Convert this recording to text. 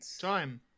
Time